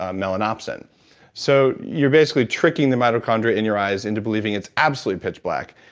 um and um so and so you're basically tricking the mitochondria in your eyes into believing it's absolutely pitch black,